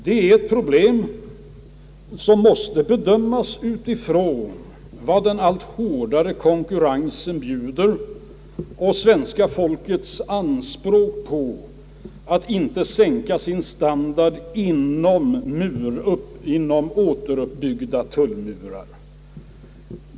Det är ett problem som måste bedömas utifrån den allt hårdare konkurrensen och svenska folkets anspråk på att inte sänka sin standard inom återuppbyggda tullmurar.